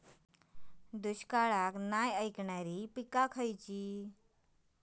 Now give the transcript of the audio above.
दुष्काळाक नाय ऐकणार्यो पीका खयली?